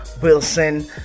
Wilson